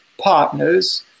partners